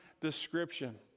description